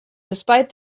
despite